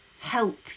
help